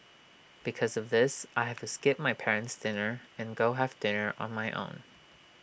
because of this I have to skip my parent's dinner and go have dinner on my own